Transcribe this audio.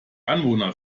anwohner